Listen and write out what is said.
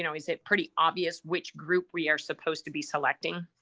you know is it pretty obvious which group we are supposed to be selecting